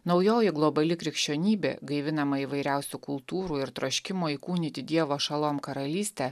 naujoji globali krikščionybė gaivinama įvairiausių kultūrų ir troškimo įkūnyti dievo šalom karalystę